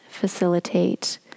facilitate